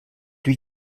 lui